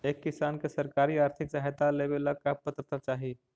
एक किसान के सरकारी आर्थिक सहायता लेवेला का पात्रता चाही?